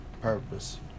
purpose